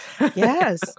Yes